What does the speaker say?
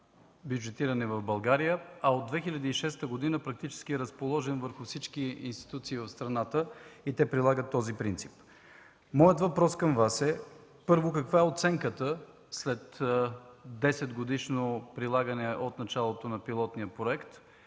бюджетиране в България, а от 2006 г. практически е разположен върху всички институции в страната и те прилагат този принцип. Моят въпрос към Вас е, първо, каква е оценката след 10 годишно прилагане от началото на пилотния проект